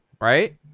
right